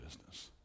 business